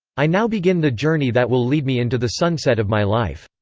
i now begin the journey that will lead me into the sunset of my life.